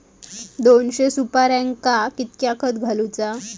दोनशे सुपार्यांका कितक्या खत घालूचा?